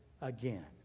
again